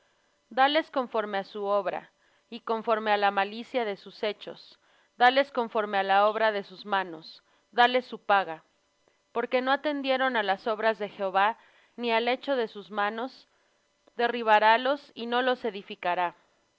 dales conforme á su obra y conforme á la malicia de sus hechos dales conforme á la obra de sus manos dales su paga porque no atendieron á las obras de jehová ni al hecho de sus manos derribarálos y no los edificará